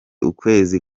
ukwezi